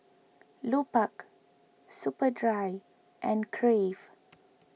Lupark Superdry and Crave